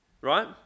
right